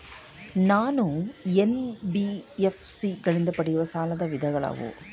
ನಾನು ಎನ್.ಬಿ.ಎಫ್.ಸಿ ಗಳಿಂದ ಪಡೆಯುವ ಸಾಲದ ವಿಧಗಳಾವುವು?